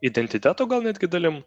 identiteto gal netgi dalim